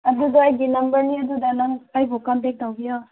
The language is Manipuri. ꯑꯗꯨꯗꯣ ꯑꯩꯒꯤ ꯅꯝꯕꯔꯅꯤ ꯑꯗꯨꯗ ꯅꯪ ꯑꯩꯕꯨ ꯀꯟꯇꯦꯛ ꯇꯧꯕꯤꯌꯣ